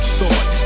thought